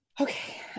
okay